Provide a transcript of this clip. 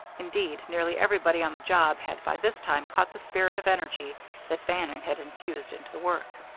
indeed, nearly everybody on the job had by this time caught the spirit of energy that bannon had infused into the work.